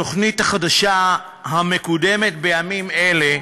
התוכנית החדשה המקודמת בימים אלה,